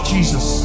Jesus